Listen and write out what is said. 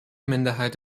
minderheit